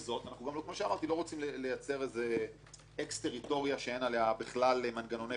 אנחנו לא רוצים לייצר אקס טריטוריה שאין עליה בכלל מנגנוני פיקוח